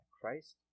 Christ